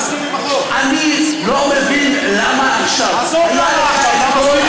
אני שואל אותך אם אתה מסכים